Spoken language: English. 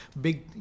big